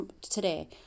today